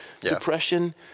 depression